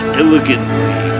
elegantly